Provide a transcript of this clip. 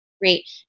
great